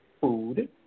food